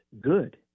good